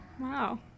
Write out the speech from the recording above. Wow